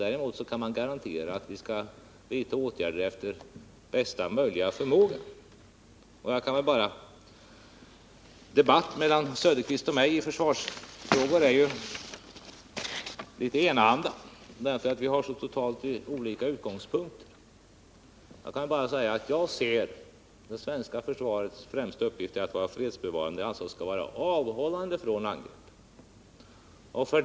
Däremot kan jag garantera att vi skall vidta åtgärder efter bästa förmåga. En debatt mellan Oswald Söderqvist och mig i försvarsfrågor är litet enahanda, eftersom vi har så totalt olika utgångspunkter. Enligt min uppfattning är svenska försvarets främsta uppgift att vara fredsbevarande, dvs. det skall avhålla från angrepp.